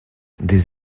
des